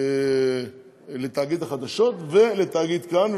לתאגיד החדשות ולתאגיד כאן.